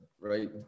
right